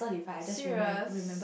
serious